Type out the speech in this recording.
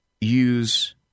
use